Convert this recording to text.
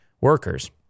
workers